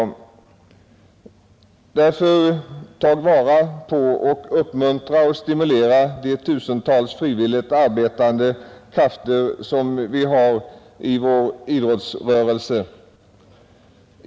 Tag därför vara på, uppmuntra och stimulera de tusentals frivilligt arbetande krafter som vi har i vår idrottsrörelse!